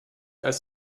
als